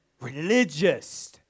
religious